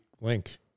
link